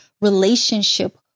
relationship